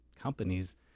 companies